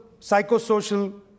psychosocial